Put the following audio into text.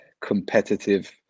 competitive